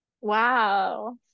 Wow